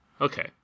Okay